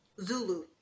Zulu